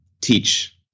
teach